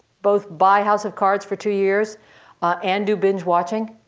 both buy house of cards for two years and do binge watching?